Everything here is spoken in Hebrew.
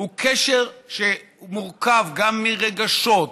הוא קשר שמורכב גם מרגשות,